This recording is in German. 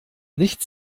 nicht